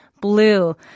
Blue